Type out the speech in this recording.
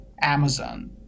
Amazon